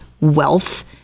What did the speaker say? wealth